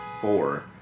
four